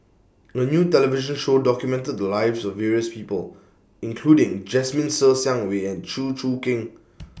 A New television Show documented The Lives of various People including Jasmine Ser Xiang Wei and Chew Choo Keng